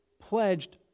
pledged